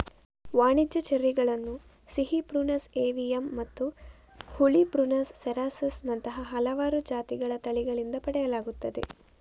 ವಾಣಿಜ್ಯ ಚೆರ್ರಿಗಳನ್ನು ಸಿಹಿ ಪ್ರುನಸ್ ಏವಿಯಮ್ಮತ್ತು ಹುಳಿ ಪ್ರುನಸ್ ಸೆರಾಸಸ್ ನಂತಹ ಹಲವಾರು ಜಾತಿಗಳ ತಳಿಗಳಿಂದ ಪಡೆಯಲಾಗುತ್ತದೆ